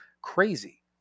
Crazy